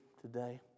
today